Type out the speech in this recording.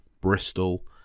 bristol